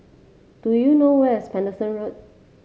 do you know where is Paterson Road